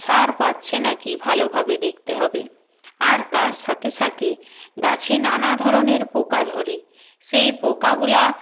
সার পাচ্ছে নাকি ভালোভাবে দেখতে হবে আর তার সাথে সাথে গাছে নানা ধরনের পোকা ধরে সেই পোকাগুলো